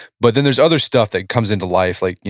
but then there's other stuff that comes into life like,